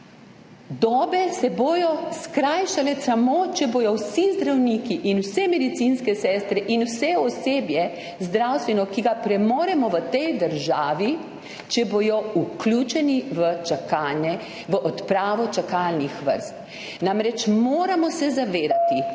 dobe se bodo skrajšale samo, če bodo vsi zdravniki in vse medicinske sestre in vse zdravstveno osebje, ki ga premoremo v tej državi, vključeni v odpravo čakalnih vrst. Namreč, moramo se zavedati,